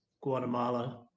Guatemala